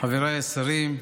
חבריי השרים,